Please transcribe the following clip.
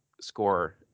score